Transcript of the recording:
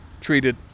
treated